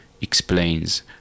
explains